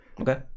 Okay